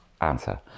answer